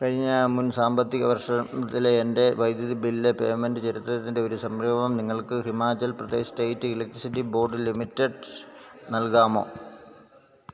കഴിഞ്ഞ മുൻ സാമ്പത്തിക വർഷംത്തിലെ എന്റെ വൈദ്യുതി ബില്ല് പേമെൻറ്റ് ചരിത്രത്തിന്റെ ഒരു സംഗ്രഹം നിങ്ങൾക്ക് Himachal Pradesh state electricity board limited നൽകാമോ